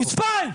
חוצפן.